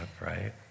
right